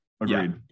Agreed